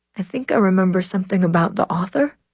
i think i remember something about the author.